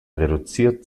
reduziert